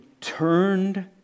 turned